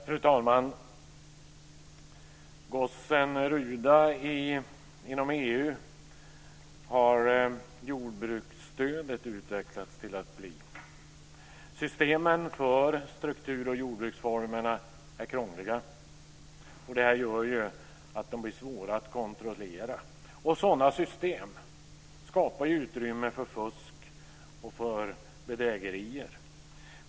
Fru talman! Gossen Ruda inom EU har jordbruksstödet utvecklats till att bli. Systemen för strukturoch jordbruksformerna är krångliga. Det gör att de blir svåra att kontrollera. Sådana system skapar utrymme för fusk och bedrägerier.